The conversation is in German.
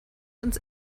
ins